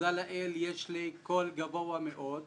תודה לאל יש לי קול גבוה מאוד.